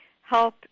help